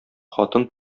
хатын